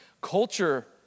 Culture